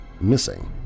missing